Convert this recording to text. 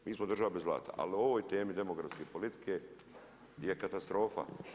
Mi smo država bez zlata, al o ovoj temi demografske politike je katastrofa.